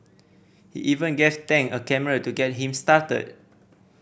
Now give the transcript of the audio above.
he even gave Tang a camera to get him started